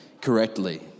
correctly